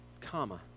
comma